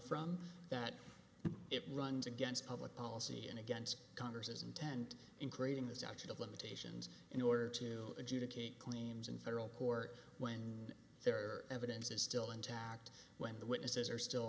from that it runs against public policy and against congress intent in creating this action of limitations in order to adjudicate claims in federal court when their evidence is still intact when the witnesses are still